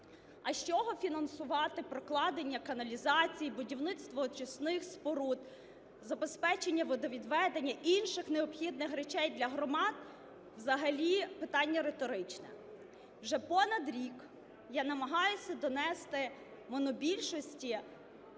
А з чого фінансувати прокладення каналізацій, будівництво очисних споруд, забезпечення водовідведення, інших необхідних речей для громад – взагалі питання риторичне. Вже понад рік я намагаюся донести до монобільшості